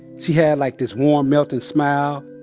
she had like this warm, melting smile,